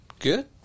Good